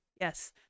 yes